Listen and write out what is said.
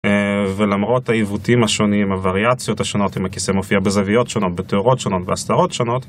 ולמרות העיוותים השונים, הווריאציות השונות, אם הכיסא מופיע בזוויות שונות, בתיאורות שונות והסתרות שונות